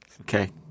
Okay